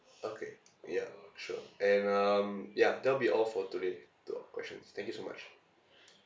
okay ya sure and um ya that'll be all for today to all questions thank you so much